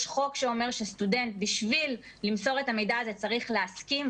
יש חוק שאומר שסטודנט בשביל למסור את המידע הזה צריך להסכים,